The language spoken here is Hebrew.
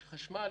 יש חשמל.